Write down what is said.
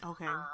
Okay